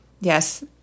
Yes